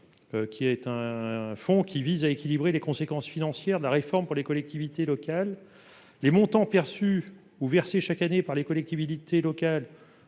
des ressources (FNGIR) vise à équilibrer les conséquences financières de la réforme pour les collectivités locales. Les montants perçus ou versés chaque année par les collectivités locales